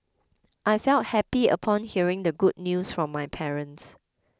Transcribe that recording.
I felt happy upon hearing the good news from my parents